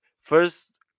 first